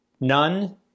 None